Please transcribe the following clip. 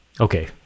Okay